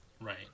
Right